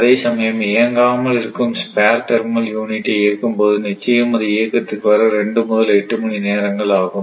அதேசமயம் இயங்காமல் இருக்கும் ஸ்பேர் தெர்மல் யூனிட்டை இயக்கும்போது நிச்சயம் அது இயக்கத்துக்கு வர 2 முதல் 8 மணி நேரங்கள் ஆகும்